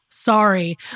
Sorry